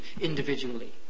individually